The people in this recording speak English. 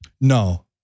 no